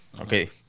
Okay